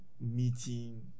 meeting